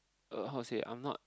uh how to say I'm not